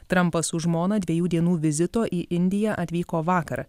trampas su žmona dviejų dienų vizito į indiją atvyko vakar